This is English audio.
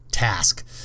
task